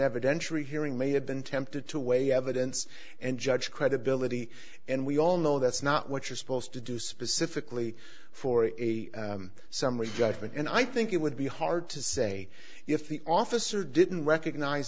evidentiary hearing may have been tempted to weigh evidence and judge credibility and we all know that's not what you're supposed to do specifically for a summary judgment and i think it would be hard to say if the officer didn't recognize